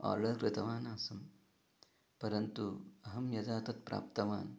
order कृतवान् आसम् परन्तु अहं यदा तत् प्राप्तवान्